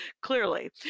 clearly